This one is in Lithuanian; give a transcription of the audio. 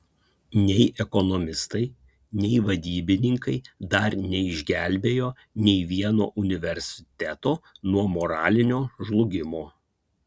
nei ekonomistai nei vadybininkai dar neišgelbėjo nei vieno universiteto nuo moralinio žlugimo